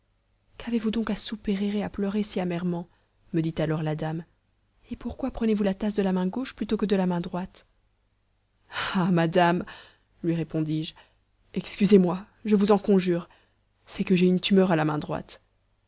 qu'avez-vous donc à soupirer et à pleurer si amèrement me dit alors la dame et pourquoi prenez-vous la tasse de la main gauche plutôt que de la droite ah madame lui répondis-je excusez-moi je vous en conjure c'est que j'ai une tumeur à la main droite